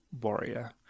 warrior